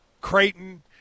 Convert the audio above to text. Creighton